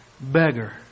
beggar